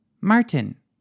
Martin